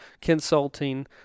consulting